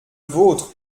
vôtre